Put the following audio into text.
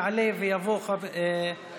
יעלה ויבוא השר, שר